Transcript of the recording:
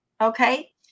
Okay